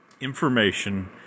information